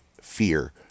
fear